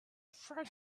friend